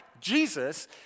Jesus